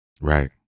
right